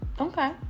okay